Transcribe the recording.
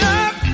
up